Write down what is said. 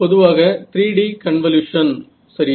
பொதுவாக 3D convolution சரியா